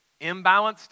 imbalanced